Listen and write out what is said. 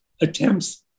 attempts